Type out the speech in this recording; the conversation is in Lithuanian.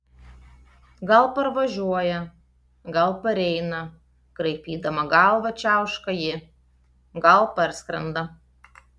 gal parvažiuoja gal pareina kraipydama galvą čiauška ji gal parskrenda